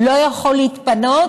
לא יכול להתפנות,